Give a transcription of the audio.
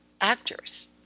actors